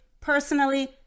Personally